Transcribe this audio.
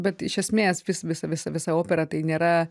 bet iš esmės visa visa visa visa opera tai nėra